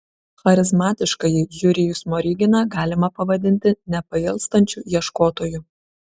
charizmatiškąjį jurijų smoriginą galima pavadinti nepailstančiu ieškotoju